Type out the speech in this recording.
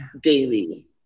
daily